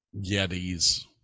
Yetis